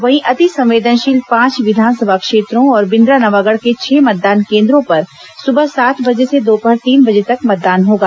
वहीं अति संवेदनशील पांच विधानसभा क्षेत्रों और बिंद्रानवागढ़ के छह मतदान केन्द्रों पर सुबह सात बजे से दोपहर तीन बजे तक मतदान होगा